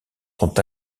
sont